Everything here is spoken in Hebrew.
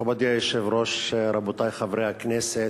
מכובדי היושב-ראש, רבותי חברי הכנסת,